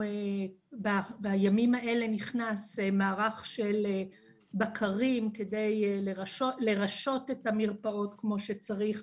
בימים האלה נכנס מערך של בקרים כדי לרשות את המרפאות כמו שצריך.